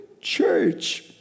church